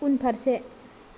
उनफारसे